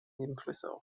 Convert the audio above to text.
nebenflüsse